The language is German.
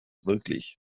wirklich